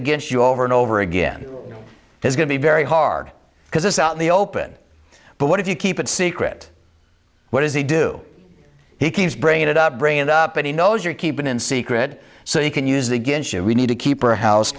against you over and over again has going to be very hard because it's out in the open but what if you keep it secret what does he do he keeps bringing it up bring it up and he knows or keep it in secret so he can use the ginsu we need to keep our house